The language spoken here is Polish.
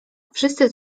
wszyscy